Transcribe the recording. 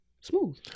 smooth